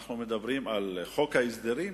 כשאנחנו מדברים על חוק ההסדרים,